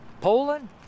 Poland